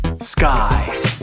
Sky